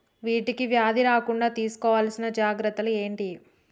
వీటికి వ్యాధి రాకుండా తీసుకోవాల్సిన జాగ్రత్తలు ఏంటియి?